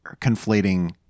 conflating